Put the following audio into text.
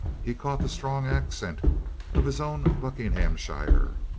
he caught the strong accent of his own buckinghamshire,